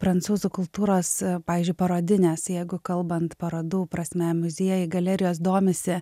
prancūzų kultūros pavyzdžiui parodinės jeigu kalbant parodų prasme muziejai galerijos domisi